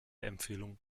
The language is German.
empfehlung